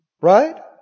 Right